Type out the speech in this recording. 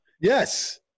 Yes